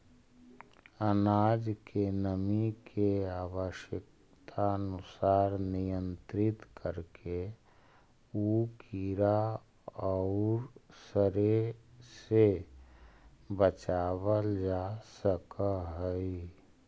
अनाज के नमी के आवश्यकतानुसार नियन्त्रित करके उ कीड़ा औउर सड़े से बचावल जा सकऽ हई